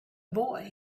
boy